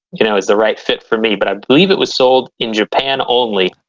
you know, is the right fit for me. but, i believe it was sold in japan only,